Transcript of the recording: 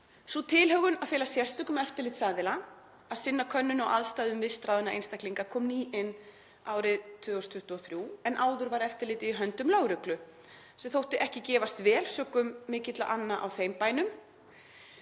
Sú tilhögun að fela sérstökum eftirlitsaðila að sinna könnun á aðstæðum vistráðinna einstaklinga kom ný inn árið 2023 en áður var eftirlitið í höndum lögreglu sem þótti ekki gefast vel sökum mikilla anna á þeim bænum.